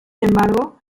embargo